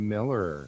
Miller